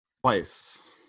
Twice